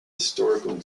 historical